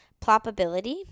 Ploppability